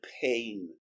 pain